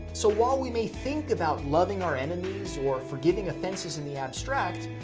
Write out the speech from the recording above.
so, while we may think about loving our enemies or forgiving offenses in the abstract,